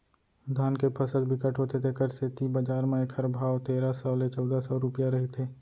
धान के फसल बिकट होथे तेखर सेती बजार म एखर भाव तेरा सव ले चउदा सव रूपिया रहिथे